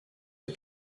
les